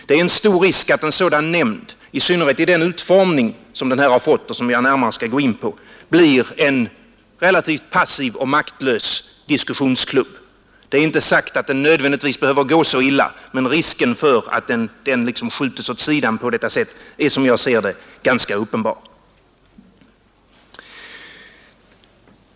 Det är stor risk att en sådan nämnd i synnerhet i den utformning som den fått och som jag närmare skall gå in på blir en relativt passiv och maktlös diskussionsklubb. Det är inte sagt att det nödvändigtvis går så illa, men risken för att nämnden liksom skjuts åt sidan på detta sätt är som jag ser det ganska uppenbar.